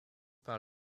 par